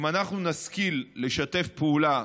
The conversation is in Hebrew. אם אנחנו נשכיל לשתף פעולה,